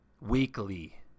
weekly